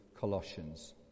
Colossians